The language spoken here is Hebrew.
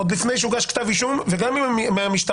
עוד לפני שהוגש כתב אישום וגם אם מהמשטרה